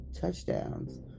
touchdowns